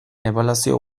ebaluazio